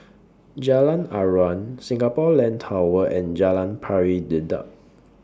Jalan Aruan Singapore Land Tower and Jalan Pari Dedap